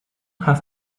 have